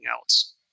else